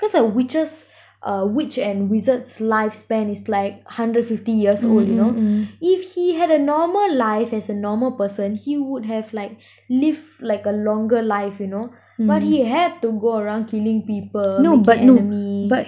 cause the witches uh witch and wizard lifespan is like hundred fifty years old you know if he had a normal life as a normal person he would have like live like a longer life you know but he had to go around killing people making enemy